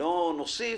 ולא נוסיף,